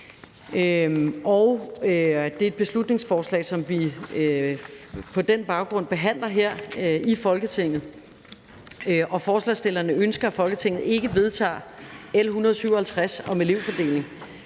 det er et beslutningsforslag, som vi på den baggrund behandler her i Folketinget. Forslagsstillerne ønsker, at Folketinget ikke vedtager L 157 om elevfordeling.